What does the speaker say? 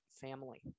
family